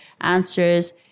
answers